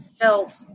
felt